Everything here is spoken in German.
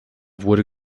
wurde